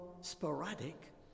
sporadic